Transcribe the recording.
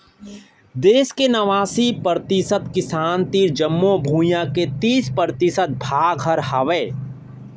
देस के नवासी परतिसत किसान तीर जमो भुइयां के तीस परतिसत भाग हर हावय